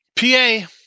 PA